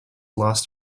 lost